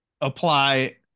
apply